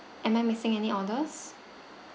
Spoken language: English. am I missing any orders